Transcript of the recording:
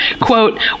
Quote